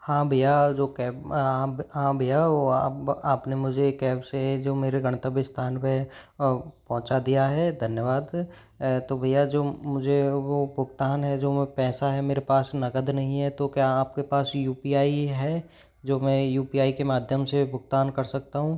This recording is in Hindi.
हाँ भैया जो कैब हाँ भईया वो आपने मुझे एक कैब से जो मेरे गंतव्य स्थान पे पहुँचा दिया है धन्यवाद तो भैया जो मुझे वो भुगतान है जो वो पैसा है मेरे पास नगद नहीं है तो क्या आपके पास यू पी आई है जो मैं यू पी आई के माध्यम से भुगतान कर सकता हूँ